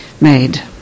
made